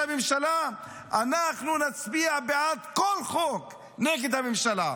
הממשלה אנחנו נצביע בעד כל חוק נגד הממשלה.